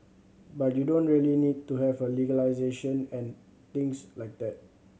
but you don't really need to have a legislation and things like that